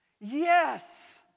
Yes